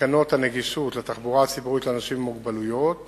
הנגישות לתחבורה הציבורית לאנשים עם מוגבלויות